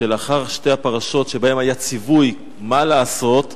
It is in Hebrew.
שלאחר שתי הפרשות שבהן היה ציווי מה לעשות,